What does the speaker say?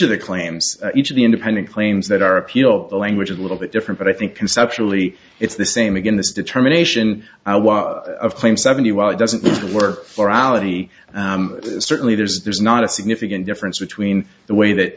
of the claims each of the independent claims that are appealed the language is a little bit different but i think conceptually it's the same again this determination of claim seventy well it doesn't work or ality certainly there's there's not a significant difference between the way that